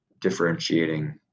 differentiating